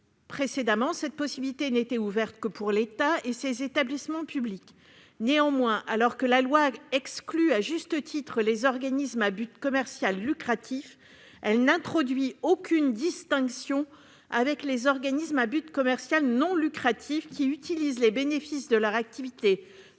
Précédemment, cette possibilité n'était ouverte qu'à l'État et à ses établissements publics. Néanmoins, alors que la loi exclut, à juste titre, les organismes à but commercial lucratif, elle n'introduit aucune distinction avec les organismes à but commercial non lucratif, qui utilisent les bénéfices de leur activité